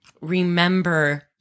remember